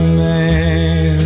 man